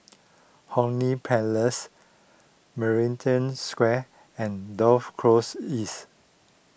Hong Lee Place Maritime Square and Dover Close East